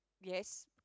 Yes